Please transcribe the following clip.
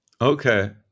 Okay